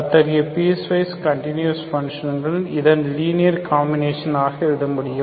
அத்தகைய piecewise continuous பங்க்ஷன்களை இதன் லீனியர் காம்பினேஷன் ஆக எழுத முடியும்